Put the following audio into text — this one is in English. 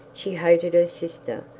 she hated her sister,